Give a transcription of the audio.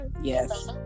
yes